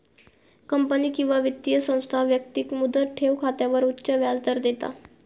company किंवा वित्तीय संस्था व्यक्तिक मुदत ठेव खात्यावर उच्च व्याजदर देता